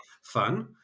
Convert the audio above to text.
fun